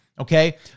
okay